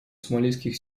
сомалийских